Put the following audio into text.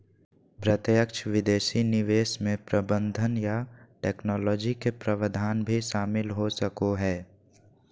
प्रत्यक्ष विदेशी निवेश मे प्रबंधन या टैक्नोलॉजी के प्रावधान भी शामिल हो सको हय